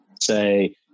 say